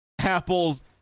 Apple's